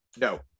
no